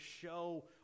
show